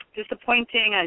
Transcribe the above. disappointing